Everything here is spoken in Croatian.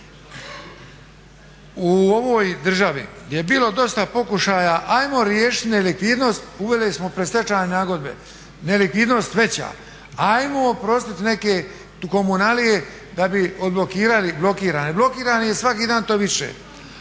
U ovoj državi gdje je bilo dosta pokušaja ajmo riješit nelikvidnost, uveli smo predstečajne nagodbe-nelikvidnost veća. Ajmo oprostit neke komunalije da bi odblokirali blokirane. Blokiranih je svaki dan više.